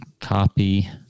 Copy